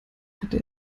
hatte